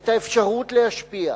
את האפשרות להשפיע,